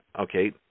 Okay